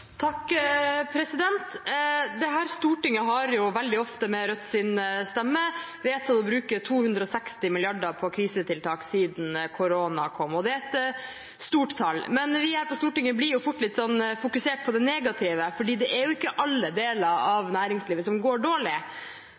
Stortinget har, veldig ofte med Rødts stemmer, vedtatt å bruke 260 mrd. kr på krisetiltak siden koronaen kom. Det er et stort tall, men vi her på Stortinget blir fort litt fokusert på det negative, for det er ikke alle deler av næringslivet som går dårlig.